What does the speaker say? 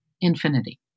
infinity